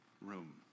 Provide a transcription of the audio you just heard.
room